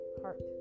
heart